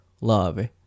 love